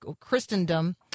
Christendom